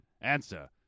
Answer